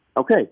Okay